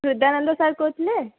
Hrudananda sir କହୁଥିଲେ